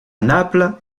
naples